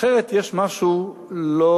אחרת, יש משהו שלא